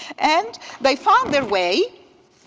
and they found their way,